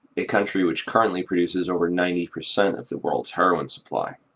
a country which currently produces over ninety percent of the world's heroin supply.